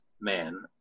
man